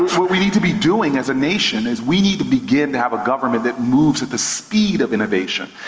what we need to be doing as a nation is we need to begin to have a government that moves at the speed of innovation,